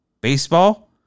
baseball